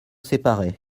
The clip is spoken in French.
séparés